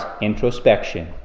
introspection